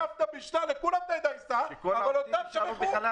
סבתא בישלה לכולם את הדייסה אבל אותם שכחו.